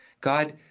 God